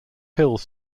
hills